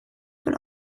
von